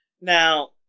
Now